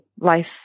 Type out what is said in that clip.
life